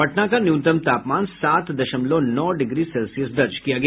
पटना का न्यूनतम तापमान सात दशमलव नौ डिग्री सेल्सियस दर्ज किया गया